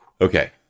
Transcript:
Okay